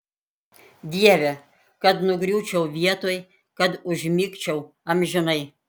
dieve kad nugriūčiau vietoj kad užmigčiau amžinai